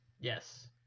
Yes